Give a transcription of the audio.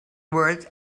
words